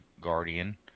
guardian